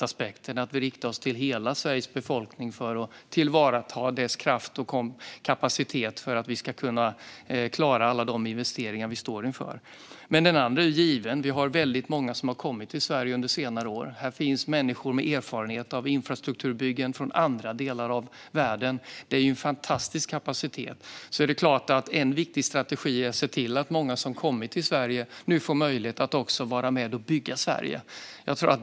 Vi måste rikta oss till hela Sveriges befolkning för att tillvarata dess kraft och kapacitet för att vi ska kunna klara alla de investeringar vi står inför. En annan aspekt är given. Väldigt många har under senare år kommit till Sverige. Här finns människor med erfarenhet av infrastrukturbyggen från andra delar av världen. Det är en fantastisk kapacitet. En viktig strategi är såklart att se till att många som kommit till Sverige nu också får möjlighet att bygga Sverige.